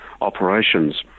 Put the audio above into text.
operations